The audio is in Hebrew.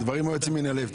דברים יוצאים מן הלב.